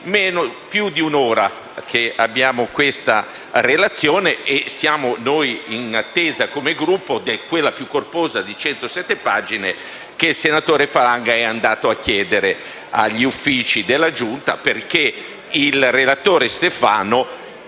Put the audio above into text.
più di un'ora che abbiamo questa relazione e siamo in attesa, come Gruppo, di quella più corposa di 107 pagine che il senatore Falanga è andato a chiedere agli Uffici della Giunta, perché il relatore Stefano